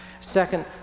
Second